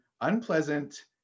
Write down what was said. unpleasant